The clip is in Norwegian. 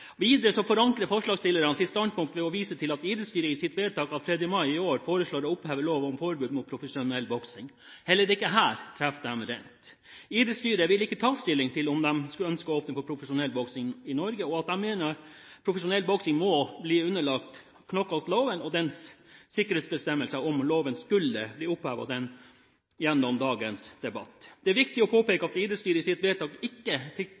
forankrer forslagsstillerne sitt standpunkt ved å vise til at idrettsstyret i sitt vedtak av 3. mai i år foreslår å oppheve lov om forbud mot profesjonell boksing. Heller ikke her treffer de. Idrettsstyret ville ikke ta stilling til om de skulle ønske å åpne for profesjonell boksing i Norge, og de mener profesjonell boksing må bli underlagt knockoutloven og dens sikkerhetsbestemmelser om loven skulle bli opphevet gjennom dagens debatt. Det er viktig å påpeke at idrettsstyret i sitt vedtak ikke